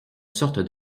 sorte